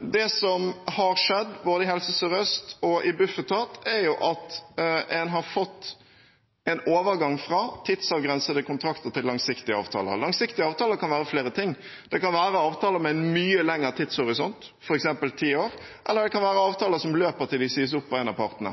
Det som har skjedd, både i Helse Sør-Øst og i Bufetat, er at man har fått overgang fra tidsavgrensede kontrakter til langsiktige avtaler. Langsiktige avtaler kan være flere ting. Det kan være avtaler med mye lengre tidshorisont, f.eks. ti år, eller det kan være avtaler som løper til de sies opp av en av partene.